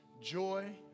joy